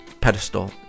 pedestal